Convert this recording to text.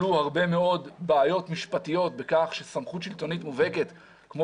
עלו הרבה מאוד בעיות משפטיות בכך שסמכות שלטונית מובהקת כמו